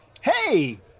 Hey